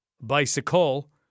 bicycle